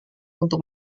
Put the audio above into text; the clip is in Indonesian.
untuk